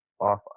off